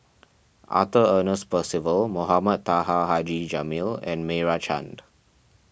Arthur Ernest Percival Mohamed Taha Haji Jamil and Meira Chand